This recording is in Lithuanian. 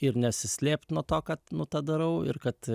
ir nesislėpt nuo to kad nu tą darau ir kad